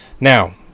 Now